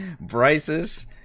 bryces